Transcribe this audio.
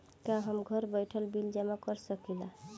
का हम घर बइठे बिल जमा कर शकिला?